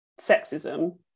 sexism